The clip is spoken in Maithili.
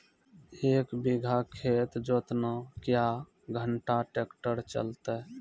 एक बीघा खेत जोतना क्या घंटा ट्रैक्टर चलते?